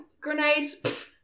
grenades